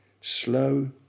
Slow